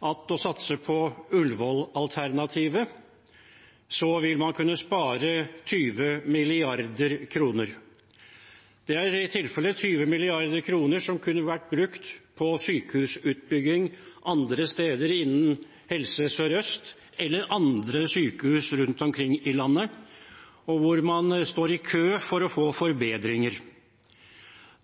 ved å satse på Ullevål-alternativet vil man kunne spare 20 mrd. kr. Det er i tilfelle 20 mrd. kr som kunne vært brukt på sykehusutbygging andre steder innen Helse Sør-Øst eller til andre sykehus rundt omkring i landet, hvor man står i kø for å få forbedringer.